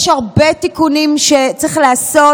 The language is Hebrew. יש הרבה תיקונים שצריך לעשות,